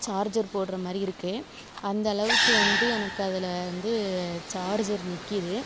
charger போடுற மாரி இருக்கு அந்த அளவுக்கு வந்து எனக்கு அதில் வந்து சார்ஜர் நிற்குது